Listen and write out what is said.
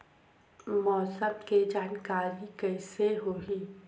मौसम के जानकारी कइसे होही?